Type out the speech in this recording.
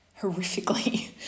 horrifically